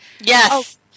Yes